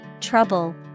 trouble